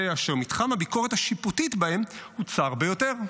זה אשר מתחם הביקורת השיפוטית בהם הוא צר ביותר".